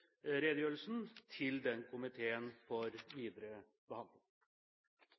redegjørelsen til den komiteen for videre behandling.